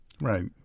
Right